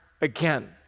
again